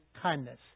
kindness